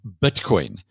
Bitcoin